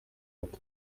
gato